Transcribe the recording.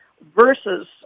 versus